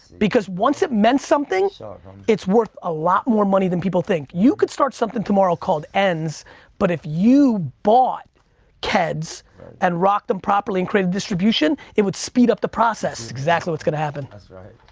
because once it meant something so it's worth a lot more money than people think. you could start something tomorrow called n's but if you bought keds and rocked them properly and created distribution, it would speed up the process. exactly what's gonna happen. that's right.